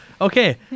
Okay